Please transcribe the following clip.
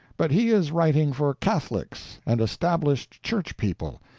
but he is writing for catholics and established church people,